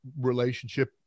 relationship